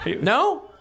no